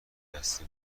دسته